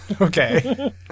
Okay